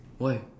why